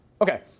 Okay